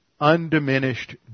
undiminished